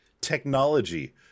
Technology